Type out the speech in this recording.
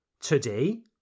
Today